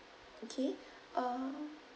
okay uh